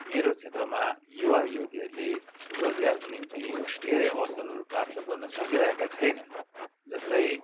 मेरो क्षेत्रमा युवायुवतीहरूले रोजगारको निम्ति धेरै अवसरहरू प्राप्त गर्न सकिरहेका छैनन् जस्तै